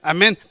Amen